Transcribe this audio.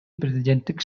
президенттик